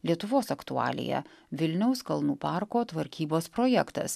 lietuvos aktualija vilniaus kalnų parko tvarkybos projektas